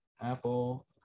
Apple